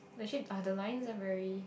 actually uh the lines are very